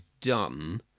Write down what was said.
done